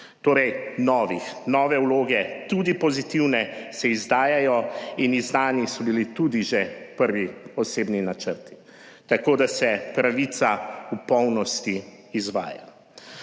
novih, nove vloge, tudi pozitivne, se izdajajo in izdani so bili tudi že prvi osebni načrti. Tako, da se pravica v polnosti izvaja.